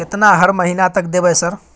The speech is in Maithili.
केतना हर महीना तक देबय सर?